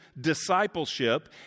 discipleship